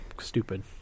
stupid